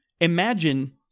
imagine